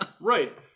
Right